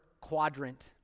quadrant